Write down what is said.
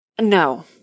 No